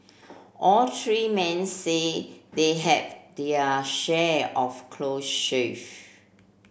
all three men say they have their share of close shave